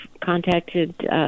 contacted